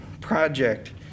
project